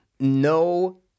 No